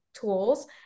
tools